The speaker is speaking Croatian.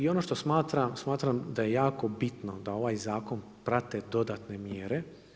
I ono što smatram da je jako bitno da ovaj zakon prate dodatne mjere.